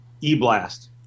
e-blast